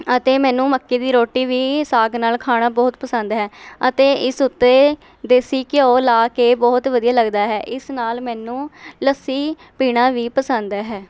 ਅਤੇ ਮੈਨੂੰ ਮੱਕੀ ਦੀ ਰੋਟੀ ਵੀ ਸਾਗ ਨਾਲ਼ ਖਾਣਾ ਬਹੁਤ ਪਸੰਦ ਹੈ ਅਤੇ ਇਸ ਉੱਤੇ ਦੇਸੀ ਘਿਓ ਲਾ ਕੇ ਬਹੁਤ ਵਧੀਆ ਲੱਗਦਾ ਹੈ ਇਸ ਨਾਲ਼ ਮੈਨੂੰ ਲੱਸੀ ਪੀਣਾ ਵੀ ਪਸੰਦ ਹੈ